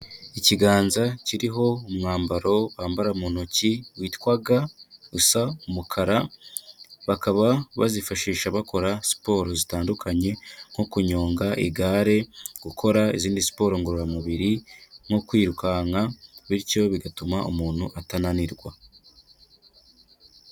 Ikiganza kiriho umwambaro bambara mu ntoki witwa ga usa umukara, bakaba bazifashisha bakora siporo zitandukanye nko kunyonga igare, gukora izindi siporo ngororamubiri nko kwirukanka, bityo bigatuma umuntu atananirwa.